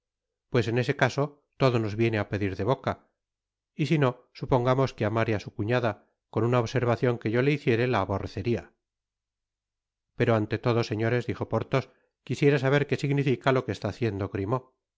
pues en ese caso todo nos viene á pedir de boca y sino supongamos que amare á su cuñada con una observacion que yo le hiciere le aborreceria pero ante todo señores dijo porthos quisiera saber qué significa lo que está haciendo grimaud